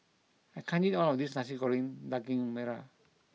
I can't eat all of this Nasi Goreng Daging Merah